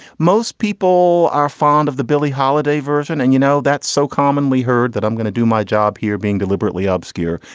most people are fond of the billie holiday version and you know that's so commonly heard that i'm going to do my job here being deliberately obscure.